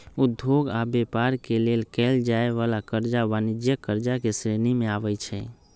उद्योग आऽ व्यापार के लेल कएल जाय वला करजा वाणिज्यिक करजा के श्रेणी में आबइ छै